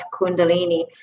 Kundalini